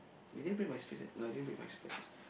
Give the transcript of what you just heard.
we didn't break my specs right no I didn't break my specs